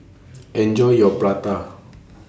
Enjoy your Prata